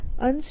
Unstack